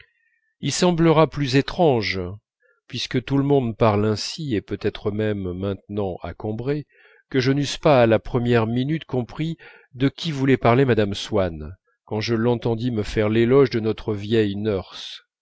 il semblera plus étrange puisque tout le monde parle ainsi et peut-être même maintenant à combray que je n'eusse pas à la première minute compris de qui voulait parler mme swann quand je l'entendis me faire l'éloge de notre vieille nurse